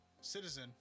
citizen